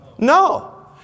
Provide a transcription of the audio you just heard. No